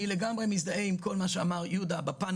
אני לגמרי מזדהה עם כל מה שאמר יהודה בפן